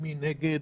מי נגד?